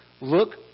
look